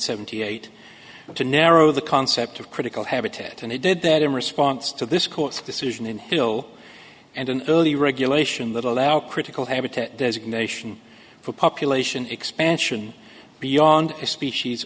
seventy eight to narrow the concept of critical habitat and he did that in response to this court's decision in hill and an early regulation that allow critical habitat designation for population expansion beyond a species